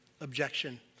objection